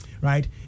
right